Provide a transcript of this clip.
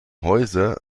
häuser